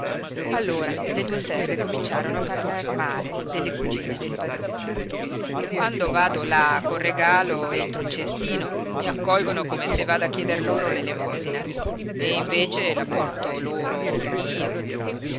allora le due serve cominciarono a parlar male delle cugine del padrone quando vado là col regalo entro il cestino mi accolgono come se vada a chieder loro l'elemosina e invece la porto loro io